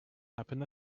happen